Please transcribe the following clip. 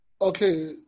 okay